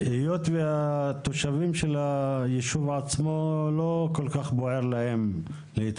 היות ולתושבי היישוב עצמו לא כול כך בוער להתפצל,